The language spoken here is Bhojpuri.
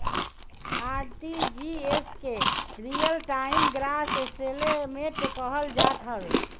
आर.टी.जी.एस के रियल टाइम ग्रॉस सेटेलमेंट कहल जात हवे